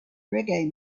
reggae